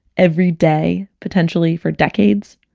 everyday, potentially for decades?